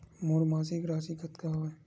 मोर मासिक राशि कतका हवय?